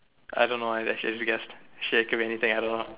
I don't know I actually just guess shit it could be anything I don't know